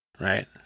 right